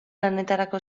lanetarako